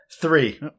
Three